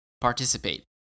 participate